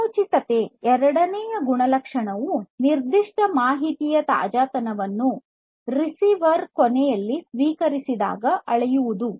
ಸಮಯೋಚಿತತೆ ಎರಡನೆಯ ಗುಣಲಕ್ಷಣವು ನಿರ್ದಿಷ್ಟ ಮಾಹಿತಿಯ ತಾಜಾತನವನ್ನು ಅದನ್ನು ರಿಸೀವರ್ ಕೊನೆಯಲ್ಲಿ ಸ್ವೀಕರಿಸಿದಾಗ ಅಳೆಯುವುದು